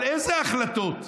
על איזה החלטות?